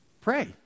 Pray